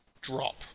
drop